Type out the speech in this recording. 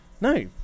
no